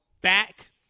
back